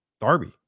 Darby